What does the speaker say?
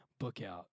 Bookout